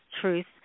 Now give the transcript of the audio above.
truth